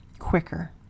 quicker